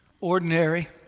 ordinary